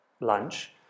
lunch